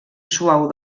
suau